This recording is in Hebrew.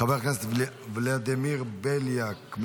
חבר הכנסת ולדימיר בליאק,